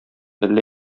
әллә